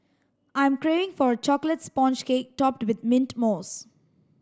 I am craving for a chocolate sponge cake topped with mint mousse